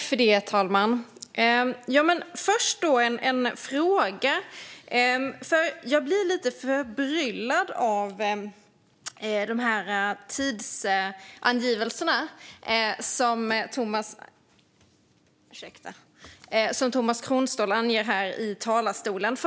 Fru talman! Först har jag en fråga, för jag blir lite förbryllad av de tidsangivelser som Tomas Kronståhl anger i talarstolen.